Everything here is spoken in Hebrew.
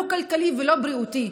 לא כלכלי ולא בריאותי.